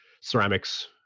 ceramics